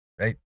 right